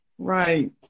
Right